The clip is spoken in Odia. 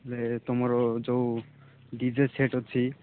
ହେଲେ ତମର ଯେଉଁ ଡ଼ି ଜେ ସେଟ୍ ଅଛି